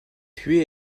puis